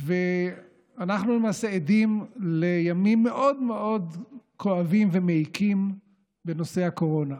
אנחנו למעשה עדים לימים מאוד מאוד כואבים ומעיקים בנושא הקורונה.